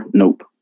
nope